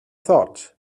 thought